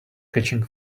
catching